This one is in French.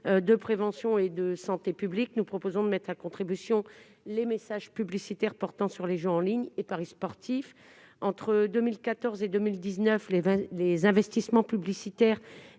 de prévention et de santé publique, nous proposons de mettre à contribution les messages publicitaires portant sur les jeux en ligne et paris sportifs. Entre 2014 et 2019, les investissements publicitaires